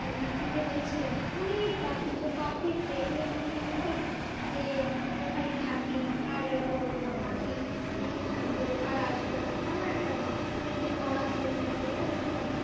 ঘুরতে গিয়ে দেখছিলাম অনেক পাখি সে পাখি দেখলে মনে হবে কি যে ওখানে থাকি আর রে করবো না পাখি নিয়ে থাকবো আর আসবো না এমন একটা ভাব কিন্তু পড়াশুনা এগুলোও তো নিতে হবে